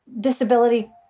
disability